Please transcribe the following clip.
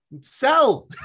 Sell